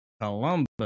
Columbus